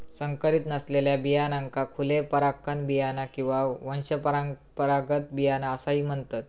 संकरीत नसलेल्या बियाण्यांका खुले परागकण बियाणा किंवा वंशपरंपरागत बियाणा असाही म्हणतत